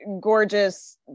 gorgeous